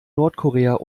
nordkorea